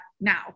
now